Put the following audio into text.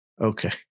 Okay